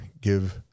give –